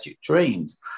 dreams